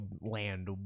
land